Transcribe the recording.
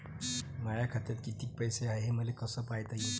माया खात्यात कितीक पैसे हाय, हे मले कस पायता येईन?